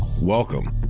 Welcome